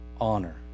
honor